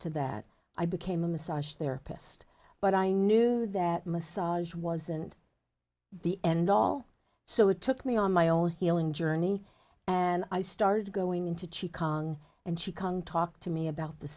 to that i became a massage therapist but i knew that massage wasn't the end all so it took me on my own healing journey and i started going into ci kong and she can talk to me about the